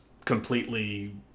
completely